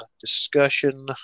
discussion